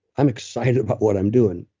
i'm excited about what i'm doing.